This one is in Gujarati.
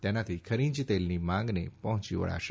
તેનાથી ખનીજ તેલની માંગને પહોંચી વળાશે